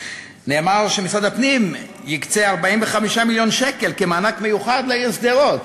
נאמר שמשרד הפנים יקצה 45 מיליון שקל כמענק מיוחד לעיר שדרות.